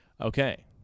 Okay